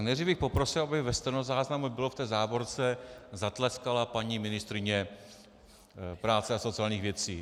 Nejdřív bych poprosil, aby ve stenozáznamu bylo v té závorce: zatleskala paní ministryně a práce a sociálních věcí.